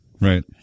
right